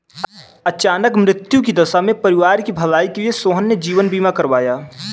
अचानक मृत्यु की दशा में परिवार की भलाई के लिए सोहन ने जीवन बीमा करवाया